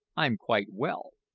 i'm quite well.